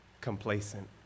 complacent